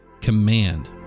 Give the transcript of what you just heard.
command